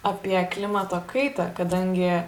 apie klimato kaitą kadangi